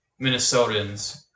Minnesotans